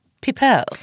people